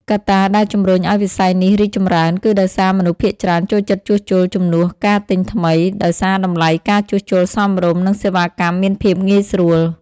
កត្តាដែលជម្រុញឱ្យវិស័យនេះរីកចម្រើនគឺដោយសារមនុស្សភាគច្រើនចូលចិត្តជួសជុលជំនួសការទិញថ្មី ដោយសារតម្លៃការជួសជុលសមរម្យ និងសេវាកម្មមានភាពងាយស្រួល។